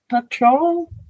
patrol